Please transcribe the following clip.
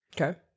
Okay